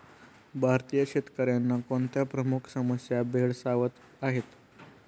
भारतीय शेतकऱ्यांना कोणत्या प्रमुख समस्या भेडसावत आहेत?